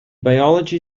biology